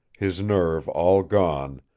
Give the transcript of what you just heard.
his nerve all gone,